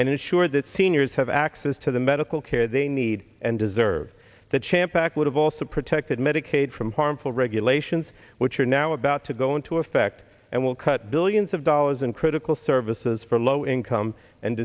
and ensure that seniors have access to the medical care they need and deserve that champ back would have also protected medicaid from harmful regulations which are now about to go into effect and will cut billions of dollars in critical services for low income and